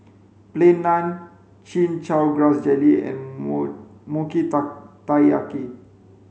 plain naan chin chow grass jelly and mochi taiyaki